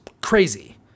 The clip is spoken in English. crazy